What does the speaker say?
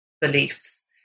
beliefs